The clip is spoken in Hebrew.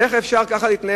איך אפשר כך להתנהל?